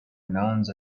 nuns